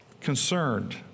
concerned